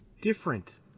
different